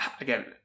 again